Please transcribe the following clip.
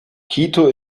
quito